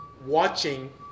watching